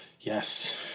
Yes